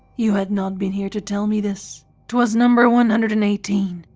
you had not been here to tell me this. twas number one hundred and eighteen,